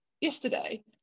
yesterday